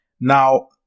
Now